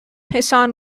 hassan